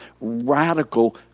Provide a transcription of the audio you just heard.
radical